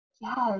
Yes